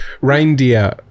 Reindeer